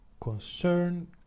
concern